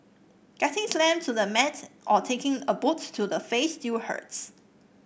getting slammed to the mat or taking a boot to the face still hurts